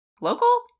Local